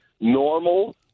normal